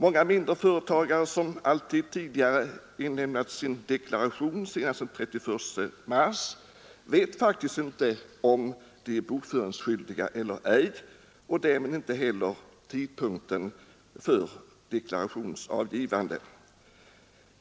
Många mindre företagare, som alltid inlämnat sin deklaration senast den 31 mars, vet faktiskt inte om de är bokföringsskyldiga eller ej och vet därmed inte heller vid vilken tidpunkt deklaration skall avges.